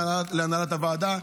להנהלת הוועדה,